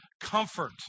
comfort